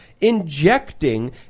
injecting